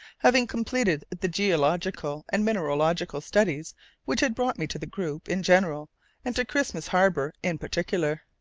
having completed the geological and mineralogical studies which had brought me to the group in general and to christmas harbour in particular.